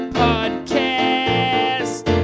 podcast